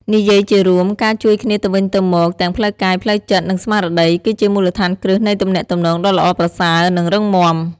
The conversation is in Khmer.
និយាយជារួម ការជួយគ្នាទៅវិញទៅមក ទាំងផ្លូវកាយ ផ្លូវចិត្ត និងស្មារតី គឺជាមូលដ្ឋានគ្រឹះនៃទំនាក់ទំនងដ៏ល្អប្រសើរ និងរឹងមាំ។